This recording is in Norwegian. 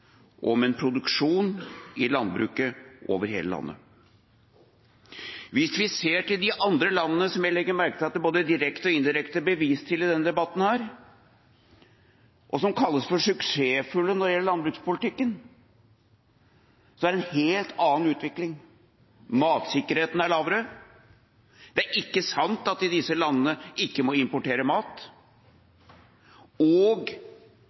og en produksjon i landbruket over hele landet. Hvis vi ser til de andre landene, som jeg legger merke til at det både direkte og indirekte blir vist til i denne debatten, og som kalles suksessfulle når det gjelder landbrukspolitikken, er det en helt annen utvikling: Matsikkerheten er lavere. Det er ikke sant at disse landene ikke må importere mat.